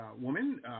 woman